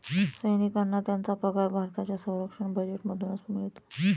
सैनिकांना त्यांचा पगार भारताच्या संरक्षण बजेटमधूनच मिळतो